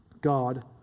God